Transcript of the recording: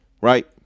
right